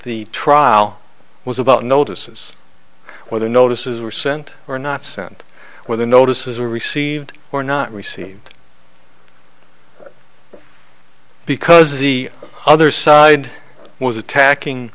the trial was about notices whether notices were sent or not sent whether notices were received or not received because the other side was attacking